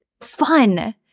fun